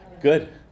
Good